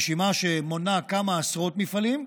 רשימה שמונה כמה עשרות מפעלים,